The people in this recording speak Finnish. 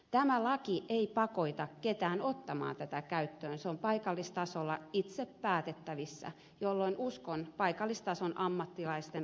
tämä laki ei pakota ketään ottamaan tätä käyttöön se on paikallistasolla itse päätettävissä jolloin uskon paikallistason ammattilaisten ammattitaitoon